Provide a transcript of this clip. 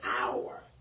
hour